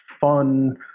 fun